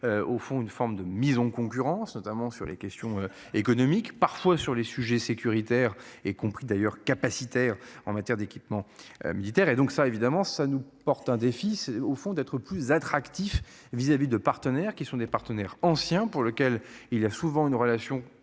au fond une forme de mise en concurrence, notamment sur les questions économiques parfois sur les sujets sécuritaires et compris d'ailleurs capacitaire en matière d'équipement militaire et donc ça évidemment ça nous porte un défi c'est au fond d'être plus attractif vis-à-vis de partenaires qui sont des partenaires ancien pour lequel il y a souvent une relation